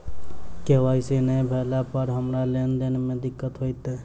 KYC नै भेला पर हमरा लेन देन मे दिक्कत होइत?